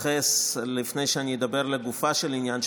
לפני שאדבר לגופו של עניין,